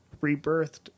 rebirthed